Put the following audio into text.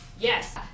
Yes